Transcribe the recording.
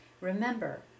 Remember